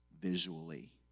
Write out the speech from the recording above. visually